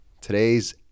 today's